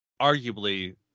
arguably